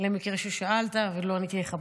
למקרה ששאלת ולא עניתי לך בזמן.